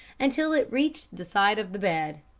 until it reached the side of the bed,